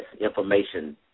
information